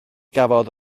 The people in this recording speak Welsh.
gafodd